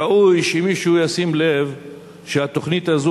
ראוי שמישהו ישים לב שהתוכנית הזאת,